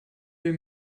wir